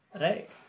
right